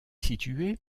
situé